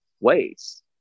ways